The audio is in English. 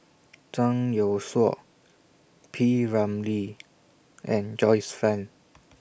Zhang Youshuo P Ramlee and Joyce fan